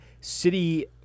city